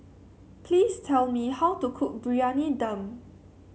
please tell me how to cook Briyani Dum